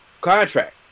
contract